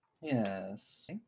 yes